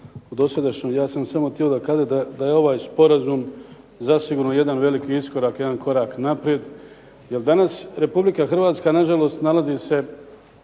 u dosadašnjoj. Ja sam samo htjeo da kažem da je ovaj sporazum zasigurno jedan veliki iskorak, jedan veliki korak naprijed jer danas Republika Hrvatska na žalost nalazi se